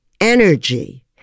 energy